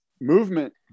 movement